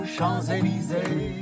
Champs-Élysées